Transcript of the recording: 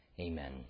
Amen